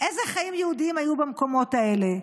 איזה חיים יהודיים היו במקומות האלה.